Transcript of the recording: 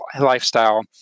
lifestyle